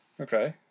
Okay